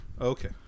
Okay